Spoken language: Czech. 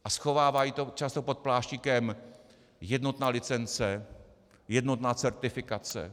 A schovávají to často pod pláštíkem jednotná licence, jednotná certifikace.